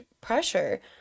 pressure